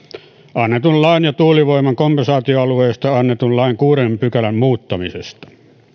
annetun lain ja tuulivoiman kompensaatioalueista annetun lain kuudennen pykälän muuttamisesta